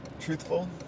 truthful